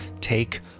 take